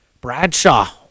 Bradshaw